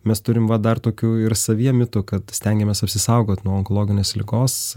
mes turim va dar tokių ir savyje mitų kad stengiamės apsisaugot nuo onkologinės ligos